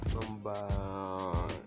Number